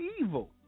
evil